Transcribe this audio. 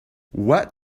what